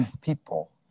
people